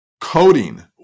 coding